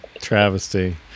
travesty